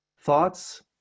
thoughts